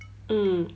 mm